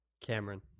Cameron